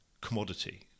commodity